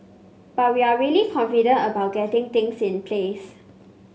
but we're really confident about getting things in place